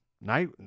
Night